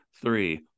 three